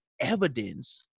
evidence